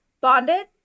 bonded